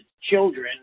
children